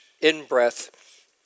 in-breath